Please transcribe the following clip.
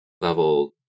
level